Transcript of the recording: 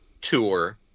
tour